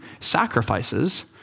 sacrifices